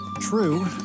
True